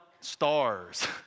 stars